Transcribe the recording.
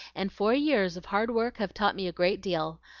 and four years of hard work have taught me a great deal.